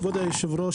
כבוד היושב-ראש,